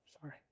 sorry